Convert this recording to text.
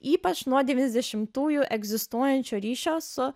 ypač nuo devyniasdešimtųjų egzistuojančio ryšio su